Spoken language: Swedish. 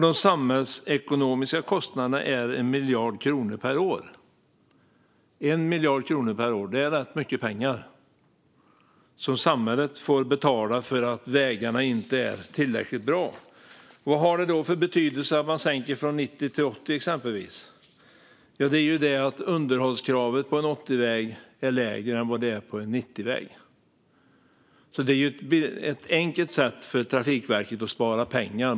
De samhällsekonomiska kostnaderna är en miljard kronor per år. Det är rätt mycket pengar som samhället får betala för att vägarna inte är tillräckligt bra. Vad har det då för betydelse att man sänker från 90 till 80, exempelvis? Jo, underhållskravet är lägre för en 80-väg än för en 90-väg. Det är alltså ett enkelt sätt för Trafikverket att spara pengar.